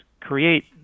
create